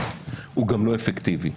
הוא גם לא אפקטיבי.